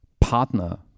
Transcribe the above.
Partner